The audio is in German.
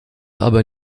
aber